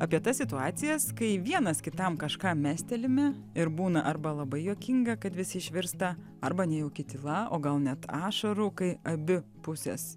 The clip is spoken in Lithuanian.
apie tas situacijas kai vienas kitam kažką mestelime ir būna arba labai juokinga kad visi išvirsta arba nejauki tyla o gal net ašarų kai abi pusės